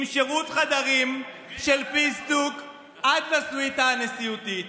עם שירות חדרים של פיסטוק עד לסוויטה הנשיאותית.